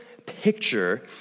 picture